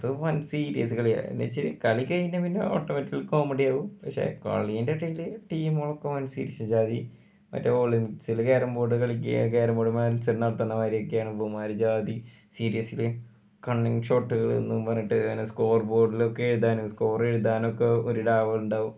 ഇത് വൻ സീരിയസ് കളിയാണ് എന്നു വെച്ചാൽ കളി കഴിഞ്ഞ് പിന്നെ ഓട്ടോമാറ്റിക്കൽ കോമഡിയാകും പക്ഷെ കളീൻ്റെ ഇടയിൽ ടീമൊക്കെ മത്സരിച്ച് ജാതി മറ്റേ ഓൾ ഇന്ത്യയിൽ കാരം ബോർഡ് കളിക്കേ കാരം ബോർഡ് മത്സരം നടത്തണ മാതിരിയൊക്കെയാണ് ഇവന്മാർ ജാതി സീരിയസ്സിലി കണ്ണിങ്ങ് ഷോട്ടുകളെന്നും പറഞ്ഞിട്ട് സ്കോർ ബോർഡിലൊക്കെ എഴുതാനും സ്കോർ എഴുതാനൊക്കെ ഒരു ഡാവുണ്ടാകും